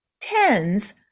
tens